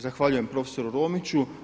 Zahvaljujem profesoru Romiću.